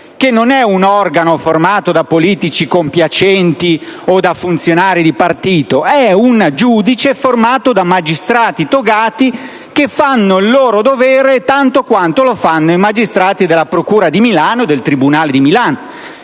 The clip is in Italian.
che non è un organo formato da politici compiacenti o da funzionari di partito: è un giudice formato da magistrati togati che fanno il loro dovere tanto quanto lo fanno i magistrati della procura di Milano e del tribunale di Milano.